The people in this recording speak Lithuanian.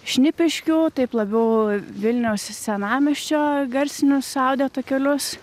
šnipiškių taip labiau vilniaus senamiesčio garsinius audio takelius